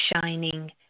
shining